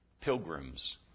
pilgrims